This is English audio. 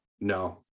no